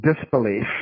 disbelief